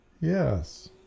yes